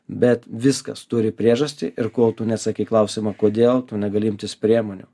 bet viskas turi priežastį ir kol tu neatsakei klausimo kodėl tu negali imtis priemonių